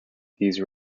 these